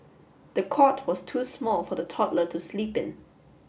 the cot was too small for the toddler to sleep in